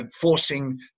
forcing